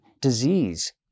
disease